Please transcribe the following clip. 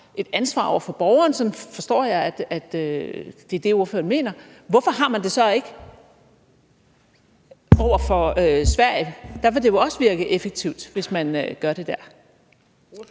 et ansvar over for borgerne – sådan forstår jeg ordføreren mener – hvorfor har man det så ikke over for Sverige, for dér ville det jo også virke effektivt at gøre det?